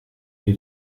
wir